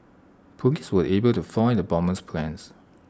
Police were able to foil the bomber's plans